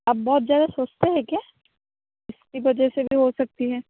आप बहुत ज़्यादा सोचते हैं क्या इसकी वजह से भी हो सकती है